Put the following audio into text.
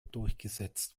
durchgesetzt